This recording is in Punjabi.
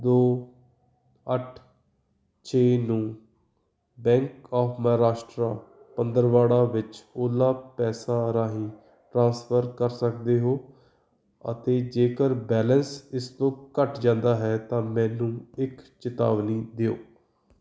ਦੋ ਅੱਠ ਛੇ ਨੂੰ ਬੈਂਕ ਔਫ ਮਹਾਰਾਸ਼ਟਰਾ ਪੰਦਰਵਾੜਾ ਵਿੱਚ ਓਲਾ ਪੈਸਾ ਰਾਹੀਂ ਟ੍ਰਾਂਸਫਰ ਕਰ ਸਕਦੇ ਹੋ ਅਤੇ ਜੇਕਰ ਬੈਲੇਂਸ ਇਸ ਤੋਂ ਘੱਟ ਜਾਂਦਾ ਹੈ ਤਾਂ ਮੈਨੂੰ ਇੱਕ ਚੇਤਾਵਨੀ ਦਿਓ